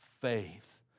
faith